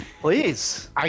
Please